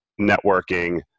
networking